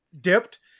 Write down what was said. dipped